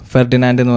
Ferdinand